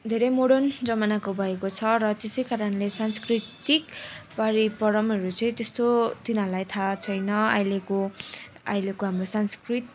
धेरै मोडर्न जमानाको भएको छ र त्यसै कारणले सांस्कृतिक परिपरमहरू चाहिँ त्यस्तो तिनीहरूलाई थाहा छैन अहिलेको अहिलेको हाम्रो संस्कृति